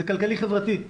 זה כלכלי-חברתי,